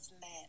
men